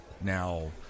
Now